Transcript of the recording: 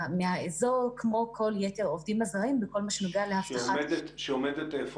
מהאזור כמו כל יתר העובדים הזרים בכל מה שנוגע ל --- שעומדת איפה?